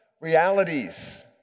realities